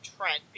Trent